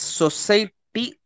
society